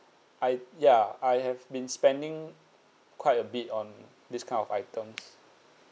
I ya I have been spending quite a bit on this kind of items